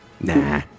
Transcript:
Nah